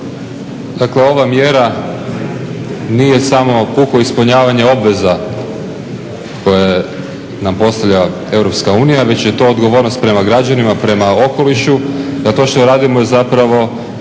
Dakle, ova mjera nije samo puko ispunjavanje obveza koje nam postavlja EU, već je to odgovornost prema građanima, prema okolišu, da to što radimo je zapravo